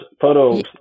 photos